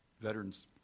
Veterans